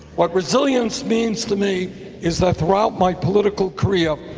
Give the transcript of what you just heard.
what resilience means to me is that throughout my political career.